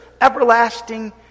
everlasting